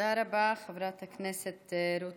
תודה רבה, חברת הכנסת רות